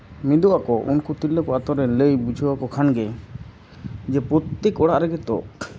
ᱢᱤᱫᱚᱜ ᱟᱠᱚ ᱩᱱᱠᱩ ᱛᱤᱨᱞᱟᱹ ᱠᱚ ᱟᱹᱛᱩᱨᱮᱱ ᱞᱟᱹᱭ ᱵᱩᱡᱷᱟᱹᱣᱟᱠᱚ ᱠᱷᱟᱱ ᱜᱮ ᱡᱮ ᱯᱨᱚᱛᱛᱮᱠ ᱚᱲᱟᱜ ᱨᱮᱜᱮ ᱛᱚ